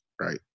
right